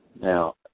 Now